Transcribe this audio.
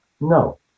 no